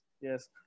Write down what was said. Yes